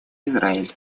израиль